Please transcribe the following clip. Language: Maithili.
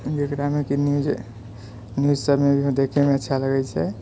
जकरामे कि न्यूज न्यूज सबमे देखैमे अच्छा लगै छै